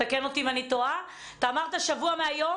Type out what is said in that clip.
תקן אותי אם אני טועה אתה אמרת שבוע מהיום,